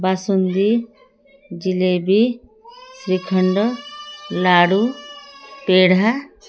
basundi jalebi shrikhand laddoo peda